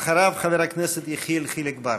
אחריו, חבר הכנסת יחיאל חיליק בר.